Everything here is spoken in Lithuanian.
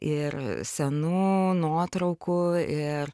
ir senų nuotraukų ir